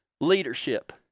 leadership